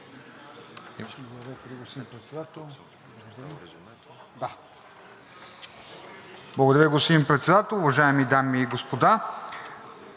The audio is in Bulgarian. Благодаря, господин Председател! Уважаеми дами и господа!